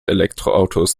elektroautos